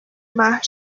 محو